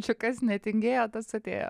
čia kas netingėjo tas atėjo